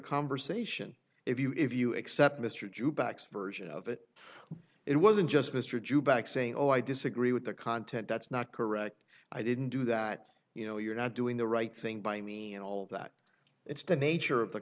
conversation if you if you accept mr jukebox version of it it wasn't just mr jew back saying oh i disagree with the content that's not correct i didn't do that you know you're not doing the right thing by me and all that it's the nature of the